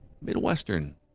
Midwestern